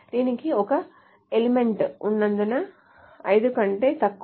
దీనిలో ఒక ఎలిమెంట్ ఉన్నందున 5 కంటే తక్కువ